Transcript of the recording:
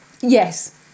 Yes